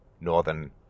northern